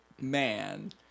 man